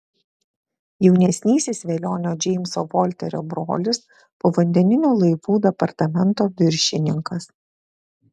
jaunesnysis velionio džeimso volterio brolis povandeninių laivų departamento viršininkas